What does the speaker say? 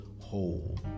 whole